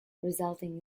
resulting